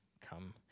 come